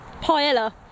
paella